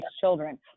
children